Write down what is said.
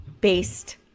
based